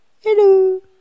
hello